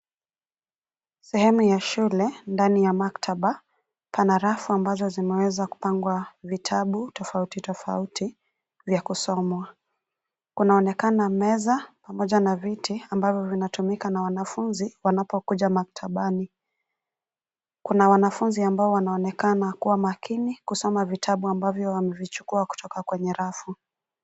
Sehemu ya shule, ndani ya maktaba, pana rafu ambazo zimeweza kupangwa vitabu tofauti tofauti, vya kusomwa. Kunaonekana meza, pamoja na viti ambavyo vinatumika na wanafunzi wanapokuja maktabani. Kuna wanafunzi ambao wanaonekana kuwa makini, kusoma vitabu ambavyo wamevichukua kutoka kwenye rafu.